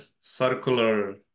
circular